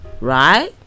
right